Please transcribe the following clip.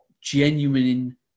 genuine